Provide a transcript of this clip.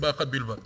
מסיבה אחת בלבד.